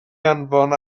anfon